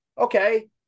Okay